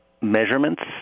measurements